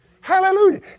Hallelujah